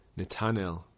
Netanel